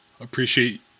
appreciate